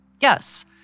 Yes